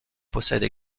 possède